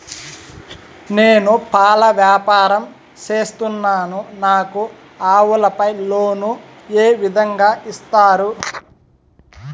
నేను పాల వ్యాపారం సేస్తున్నాను, నాకు ఆవులపై లోను ఏ విధంగా ఇస్తారు